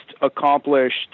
accomplished